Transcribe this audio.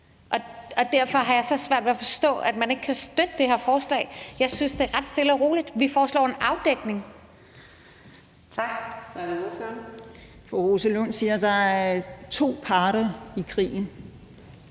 og derfor har jeg så svært ved at forstå, at man ikke kan støtte det her forslag. Jeg synes, det er ret stille og roligt. Vi foreslår en afdækning. Kl. 18:45 Fjerde næstformand (Karina Adsbøl): Tak. Så er det ordføreren.